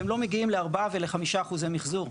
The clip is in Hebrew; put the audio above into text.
הם לא מגיעים ל-4% ול-5% מחזור.